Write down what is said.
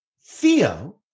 Theo